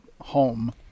home